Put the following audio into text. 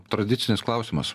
tradicinis klausimas